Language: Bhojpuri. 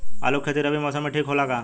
आलू के खेती रबी मौसम में ठीक होला का?